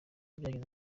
byagize